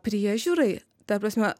priežiūrai ta prasme